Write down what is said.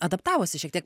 adaptavosi šiek tiek